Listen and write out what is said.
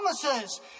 promises